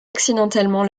accidentellement